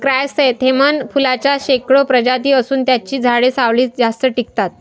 chrysanthemum फुलांच्या शेकडो प्रजाती असून त्यांची झाडे सावलीत जास्त टिकतात